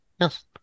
Yes